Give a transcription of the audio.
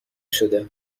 شده